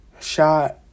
shot